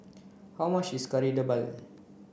how much is Kari Debal